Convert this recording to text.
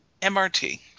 MRT